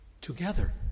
together